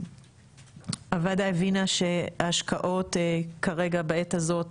הוועדה הבינה שהשקעות כרגע בעת הזאת,